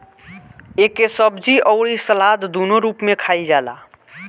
एके सब्जी अउरी सलाद दूनो रूप में खाईल जाला